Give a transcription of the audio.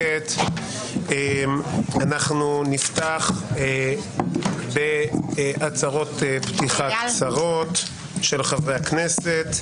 אנחנו נפתח בהצהרות פתיחה קצרות של חברי הכנסת,